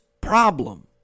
problem